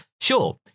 sure